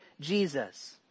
Jesus